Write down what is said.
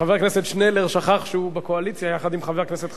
חבר הכנסת שנלר שכח שהוא בקואליציה יחד עם חבר הכנסת חסון.